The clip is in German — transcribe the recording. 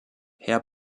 herr